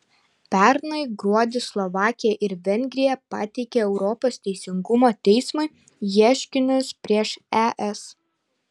pernai gruodį slovakija ir vengrija pateikė europos teisingumo teismui ieškinius prieš es